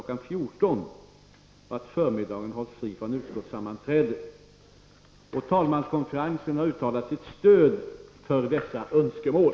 14.00 och att förmiddagen hålls fri från utskottssammanträden. Talmanskonferensen har uttalat sitt stöd för dessa önskemål.